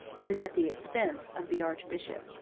and at the expense, of the archbishop.